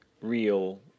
real